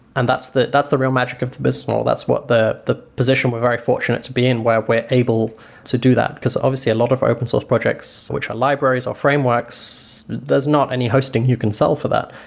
and that's the that's the real magic of the business model, that's what the position we're position we're very fortunate to be in, where we're able to do that, because obviously, a lot of our open source projects which are libraries, or frameworks, there's not any hosting you can sell for that,